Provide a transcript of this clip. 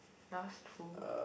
that's true